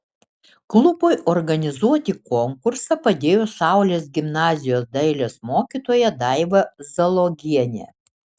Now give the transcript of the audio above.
klubui organizuoti konkursą padėjo saulės gimnazijos dailės mokytoja daiva zalogienė